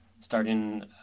starting